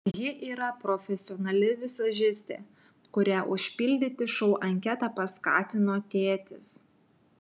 ji yra profesionali vizažistė kurią užpildyti šou anketą paskatino tėtis